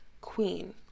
queen